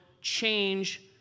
change